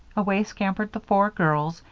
away scampered the four girls,